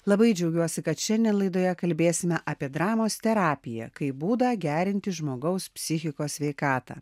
labai džiaugiuosi kad šiandien laidoje kalbėsime apie dramos terapiją kaip būdą gerinti žmogaus psichikos sveikatą